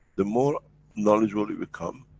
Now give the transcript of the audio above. the more knowledge what we become,